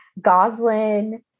Goslin